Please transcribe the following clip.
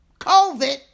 COVID